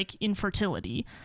infertility